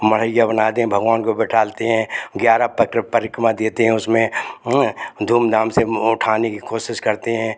मड़ईया बनाते हैं भगवान को बैठालते हैं ग्यारह पक्र परिक्रमा देते हैं उसमें धूमधाम से उठाने की कोशिश करते हैं